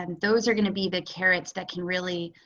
and those are going to be the carrots that can really,